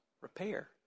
repair